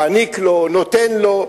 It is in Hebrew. מעניק לו ונותן לו.